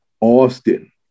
Austin